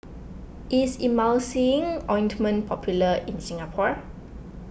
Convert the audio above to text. is Emulsying Ointment popular in Singapore